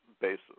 basis